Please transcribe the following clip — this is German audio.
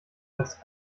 als